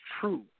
true